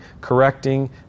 correcting